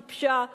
טיפשה,